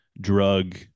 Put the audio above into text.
drug